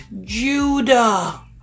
Judah